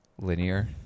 linear